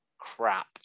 crap